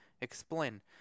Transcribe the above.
Explain